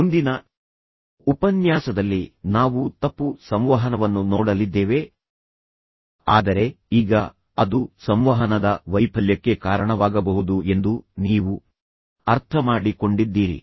ಮುಂದಿನ ಉಪನ್ಯಾಸದಲ್ಲಿ ನಾವು ತಪ್ಪು ಸಂವಹನವನ್ನು ನೋಡಲಿದ್ದೇವೆ ಆದರೆ ಈಗ ಅದು ಸಂವಹನದ ವೈಫಲ್ಯಕ್ಕೆ ಕಾರಣವಾಗಬಹುದು ಎಂದು ನೀವು ಅರ್ಥಮಾಡಿಕೊಂಡಿದ್ದೀರಿ